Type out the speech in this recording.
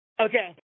Okay